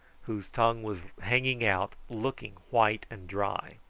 whose tongue was hanging out looking white and dry.